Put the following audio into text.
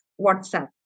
WhatsApp